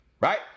right